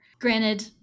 Granted